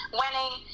winning